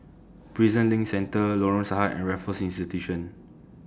Prison LINK Centre Lorong Sahad and Raffles Institution